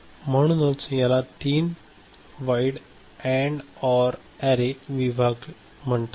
तर म्हणूनच याला तीन वाइड एंड ऑर् अरे विभाग म्हणतात